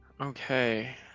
Okay